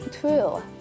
true